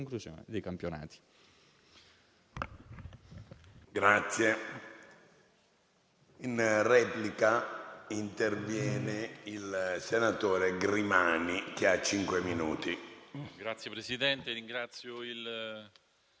conclusione dei campionati.